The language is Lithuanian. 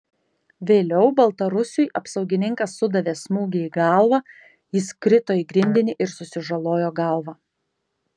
vėliau baltarusiui apsaugininkas sudavė smūgį į galvą jis krito į grindinį ir susižalojo galvą